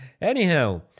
Anyhow